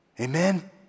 Amen